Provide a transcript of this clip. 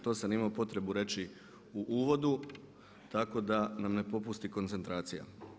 To sam imao potrebu reći u uvodu tako da nam ne popusti koncentracija.